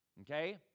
Okay